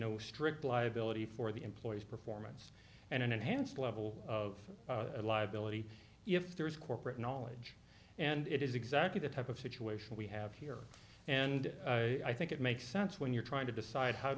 know strict liability for the employees performance and an enhanced level of liability if there is corporate knowledge and it is exactly the type of situation we have here and i think it makes sense when you're trying to decide how